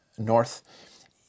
north